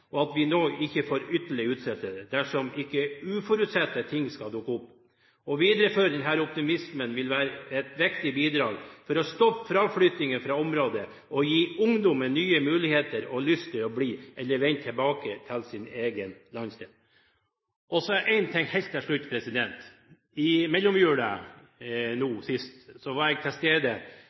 og at vi nå ikke får en ytterligere utsettelse, dersom ikke uforutsette ting skulle dukke opp. Å videreføre denne optimismen vil være et viktig bidrag for å stoppe fraflyttingen fra området og gi ungdommen nye muligheter og lyst til å bli eller å vende tilbake til sin egen landsdel. Og så en ting helt til slutt: I mellomjula nå sist var jeg på et møte hvor det var 90 ungdommer til stede